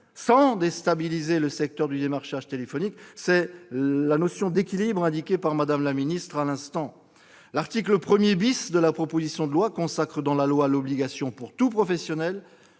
sans déstabiliser le secteur du démarchage téléphonique, d'où cette notion d'équilibre, soulignée par Mme la secrétaire d'État. L'article 1 de la proposition de loi consacre dans la loi l'obligation pour tout professionnel